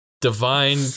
divine